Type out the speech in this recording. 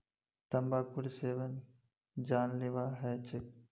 तंबाकूर सेवन जानलेवा ह छेक